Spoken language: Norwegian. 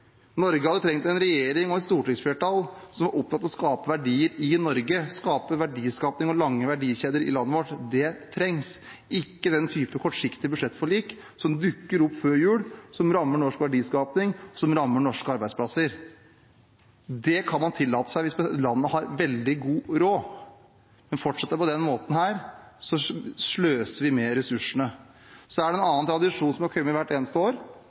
Norge hadde trengt en regjering og et stortingsflertall som var opptatt av å skape verdier i Norge – verdiskaping og lange verdikjeder i landet vårt. Det trengs – ikke den typen kortsiktige budsjettforlik som dukker opp før jul, som rammer norsk verdiskaping, som rammer norske arbeidsplasser. Det kan man tillate seg hvis landet har veldig god råd, men fortsetter det på denne måten, sløser vi med ressursene. Så er det en annen tradisjon som har kommet hvert eneste år